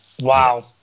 Wow